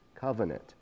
covenant